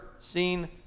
seen